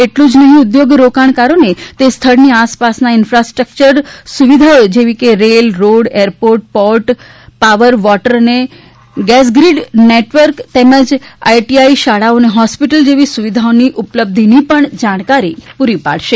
એટલું જ નહીં ઉદ્યોગ રોકાણકારોને તે સ્થળની આસપાસના ઈન્ફાસ્ટ્રકયર સુવિધાઓ જેમાં rail road airport port power water અને ગેસ ગ્રીડ નેટવર્ક તેમજ આઈટીઆઈ શાળાઓ અને હોસ્પિટલ્સ જેવી સુવિધાઓઓની ઉપલબ્ધિની પણ જાણકારી પૂરી પાડશે